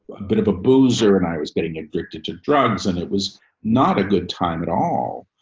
a bit of a boozer and i was getting addicted to drugs and it was not a good time at all.